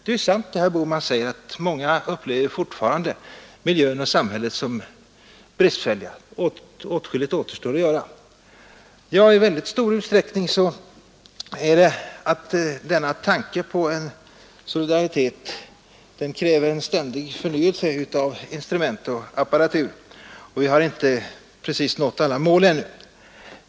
Det är sant som herr Bohman säger att många fortfarande upplever miljön och samhället som bristfälliga. Åtskilligt återstår att göra. I mycket stor utsträckning är det så att tanken på solidaritet kräver en ständig förnyelse av instrument och apparatur, och vi har inte nått alla mål ännu.